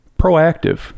proactive